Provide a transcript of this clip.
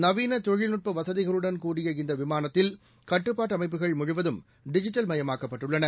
நவீன தொழில்நுட்ப வசதிகளுடன் கூடிய இந்த விமானத்தில் கட்டுப்பாட்டு அமைப்புகள் முழுவதும் டிஜிட்டல் மயமாக்கப்பட்டுள்ளன